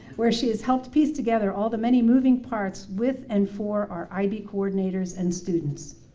where she has helped piece together all the many moving parts with and for our ib coordinators and students.